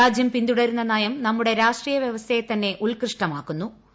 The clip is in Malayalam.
രാജ്യ പിന്തുടരുന്ന നയം നമ്മുടെ രാഷ്ട്രീയവ്യവസ്ഥയെ തന്നെ ഉത്കൃഷ്ടമീാക്കു്ന്നു